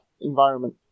environment